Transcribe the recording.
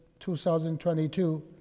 2022